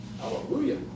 Hallelujah